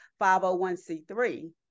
501c3